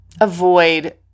avoid